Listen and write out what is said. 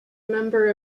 member